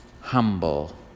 humble